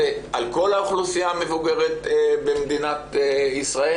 דיברתי עם שר האוצר ואמרתי לו שיעצור את